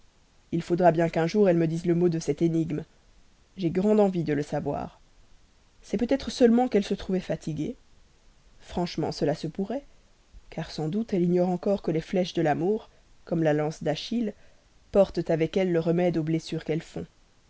il faudra bien qu'un jour elle me dise le mot de cette énigme j'ai grande envie de le savoir c'est peut-être seulement qu'elle se trouvait fatiguée franchement cela se pourrait car sans doute elle ignore encore que les flèches de l'amour comme la lance d'achille portent avec elles le remède aux blessures qu'elles font